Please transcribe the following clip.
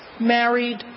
married